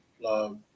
love